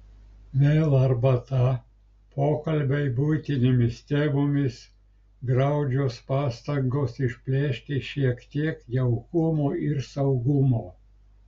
vėl arbata pokalbiai buitinėmis temomis graudžios pastangos išplėšti šiek tiek jaukumo ir saugumo